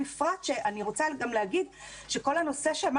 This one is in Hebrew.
אני רוצה גם להגיד שכל הנושא של מה